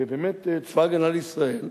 ובאמת צבא-הגנה לישראל,